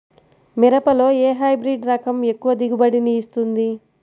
మిరపలో ఏ హైబ్రిడ్ రకం ఎక్కువ దిగుబడిని ఇస్తుంది?